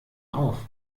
auf